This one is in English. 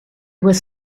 was